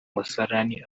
musarani